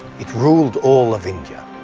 it ruled all of india.